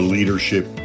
Leadership